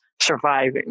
surviving